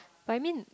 but I mean